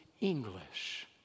English